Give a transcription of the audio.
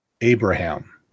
Abraham